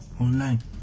online